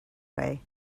way